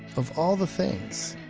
of all the things.